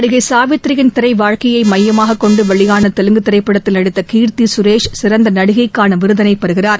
நடிகை சாவித்ரியின் திரை வாழ்க்கையை மையமாகக் கொண்டு வெளியான தெலுங்கு திரைப்படத்தில் நடித்த கீர்த்தி சுரேஷ் சிறந்த நடிகைக்கான விருதினை பெறுகிறார்